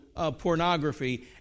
Pornography